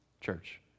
church